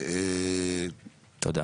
תודה.